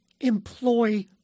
employ